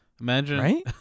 Imagine